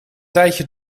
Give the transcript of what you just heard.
tijdje